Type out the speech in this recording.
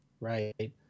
right